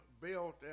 built